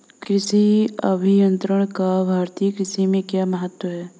कृषि अभियंत्रण का भारतीय कृषि में क्या महत्व है?